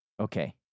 Okay